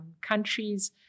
countries